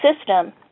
system